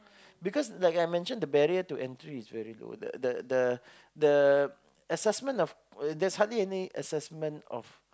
because like I mention the barrier to entry is very low the the the assessment there's hardly and assessment of